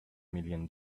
million